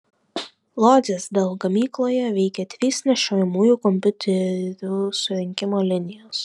lodzės dell gamykloje veikia trys nešiojamųjų kompiuterių surinkimo linijos